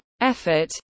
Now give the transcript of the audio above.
effort